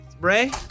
Ray